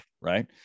right